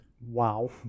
Wow